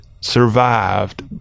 survived